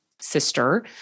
sister